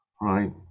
right